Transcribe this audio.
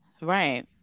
right